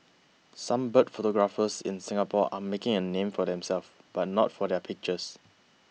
some bird photographers in Singapore are making a name for themselves but not for their pictures